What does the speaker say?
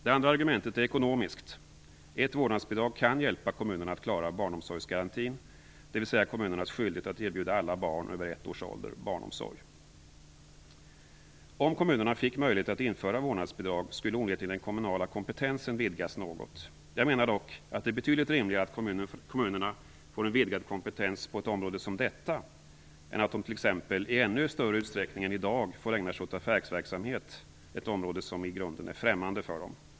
Det andra argumentet är ekonomiskt. Ett vårdnadsbidrag kan hjälpa kommunerna att klara barnomsorgsgarantin, dvs. kommunernas skyldighet att erbjuda alla barn över ett års ålder barnomsorg. Om kommunerna fick möjlighet att införa vårdnadsbidrag skulle onekligen den kommunala kompetensen vidgas något. Jag menar dock att det är betydligt rimligare att kommunerna får en vidgad kompetens på ett område som detta än att de t.ex. i ännu större utsträckning än i dag får ägna sig åt affärsverksamhet - ett område som i grunden är främmande för dem.